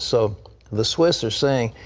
so the swiss are saying,